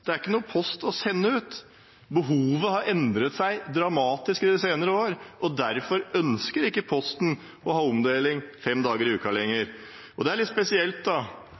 å sende ut. Behovet har endret seg dramatisk de senere årene. Derfor ønsker ikke Posten å ha omdeling fem dager i uka lenger. Det er litt spesielt